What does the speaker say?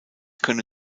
könne